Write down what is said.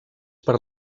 per